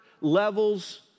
levels